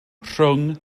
rhwng